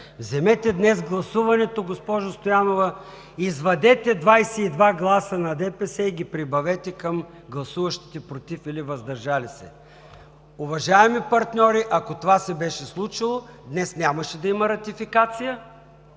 Вземете днес гласуването, госпожо Стоянова, извадете 22 гласа на ДПС и ги прибавете към гласуващите „против“ или „въздържал се“. Уважаеми партньори, ако това се беше случило, днес нямаше да има ратификация,